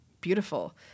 beautiful